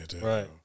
Right